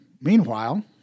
Meanwhile